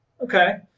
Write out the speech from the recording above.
Okay